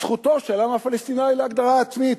זכותו של העם הפלסטיני להגדרה עצמית.